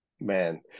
man